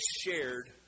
shared